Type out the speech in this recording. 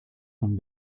von